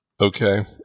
Okay